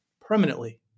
permanently